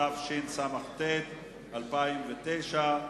התשס"ט 2009,